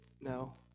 No